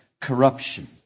corruption